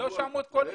לא שמעו את קולי.